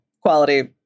quality